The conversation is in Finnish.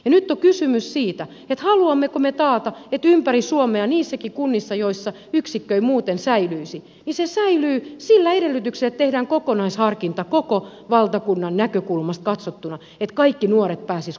nyt on kysymys siitä haluammeko me taata että ympäri suomea niissäkin kunnissa joissa yksikkö ei muuten säilyisi se säilyy sillä edellytyksellä että tehdään kokonaisharkinta koko valtakunnan näkökulmasta katsottuna että kaikki nuoret pääsisivät kouluun myös lapissa